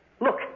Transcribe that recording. Look